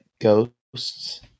Ghosts